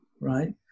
right